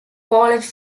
college